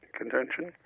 contention